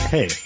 Hey